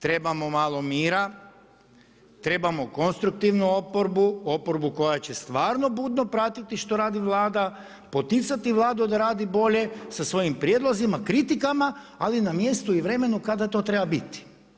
Trebamo malo mira, trebamo konstruktivnu oporbu, oporbu koja će stvarno budno pratiti što radi Vlada, poticati Vladu da radi bolje, sa svojim prijedlozima, kritikama ali na mjestu i vremenu kada to treba biti.